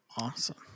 Awesome